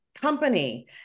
company